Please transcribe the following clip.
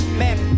man